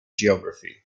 geography